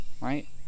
right